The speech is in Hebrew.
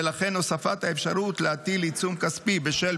ולכן הוספת האפשרות להטיל עיצום כספי בשל